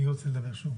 מי רוצה לדבר שם?